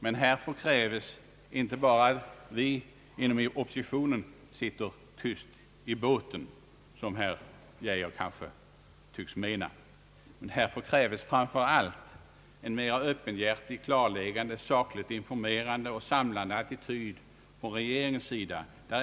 Men härför kräves inte bara att vi inom oppositionen sitter tysta i båten, som herr Geijer tycks mena, utan härför kräves framför allt en mera öppenhjärtig, klarläggande, sakligt informerande och samlande attityd från regeringens sida.